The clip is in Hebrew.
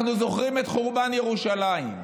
אנחנו זוכרים את חורבן ירושלים,